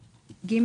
ג.